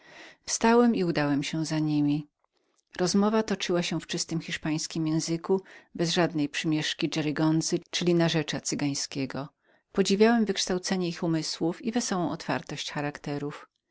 wstałem i udałem się za niemi rozmowa toczyła się w czystym hiszpańskim języku bez żadnej mieszaniny herigoncy czyli narzecza cygańskiego podziwiałem wykształcenie ich umysłu i wesołą otwartość charakteru po